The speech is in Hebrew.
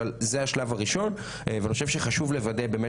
אבל זה השלב הראשון ואני חושב שחשוב מאוד לוודא